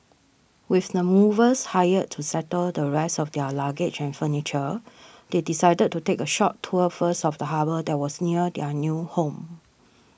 with the movers hired to settle the rest of their luggage and furniture they decided to take a short tour first of the harbour that was near their new home